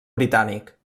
britànic